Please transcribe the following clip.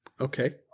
Okay